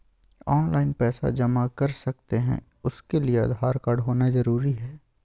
Online पैसा जमा कर सकते हैं उसके लिए आधार कार्ड होना जरूरी है?